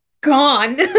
gone